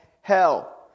hell